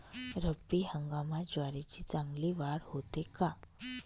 रब्बी हंगामात ज्वारीची चांगली वाढ होते का?